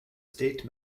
state